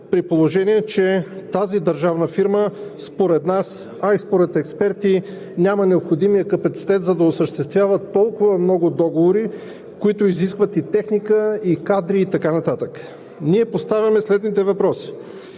при положение че тази държавна фирма според нас, а и според експерти няма необходимия капацитет, за да осъществява толкова много договори, които изискват и техника, и кадри, и така нататък. Ние поставяме следните въпроси: